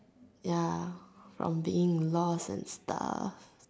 ya from being in lost and stuff